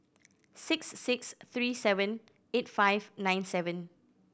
six six three seven eight five nine seven